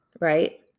right